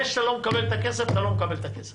זה שאתה לא מקבל את הכסף אתה לא מקבל את הכסף.